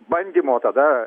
bandymo tada